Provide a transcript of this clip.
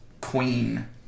queen